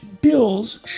bills